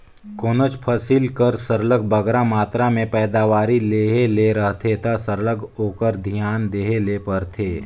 कोनोच फसिल कर सरलग बगरा मातरा में पएदावारी लेहे ले रहथे ता सरलग ओकर धियान देहे ले परथे